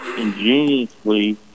ingeniously